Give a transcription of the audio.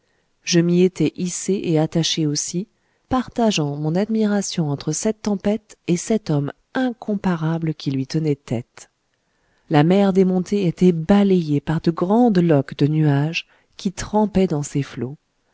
je m'y étais hissé et attaché aussi partageant mon admiration entre cette tempête et cet homme incomparable qui lui tenait tête la mer démontée était balayée par de grandes loques de nuages qui trempaient dans ses flots